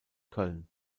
köln